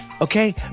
Okay